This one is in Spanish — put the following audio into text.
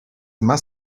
más